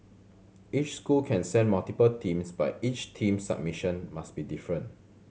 each school can send multiple teams but each team's submission must be different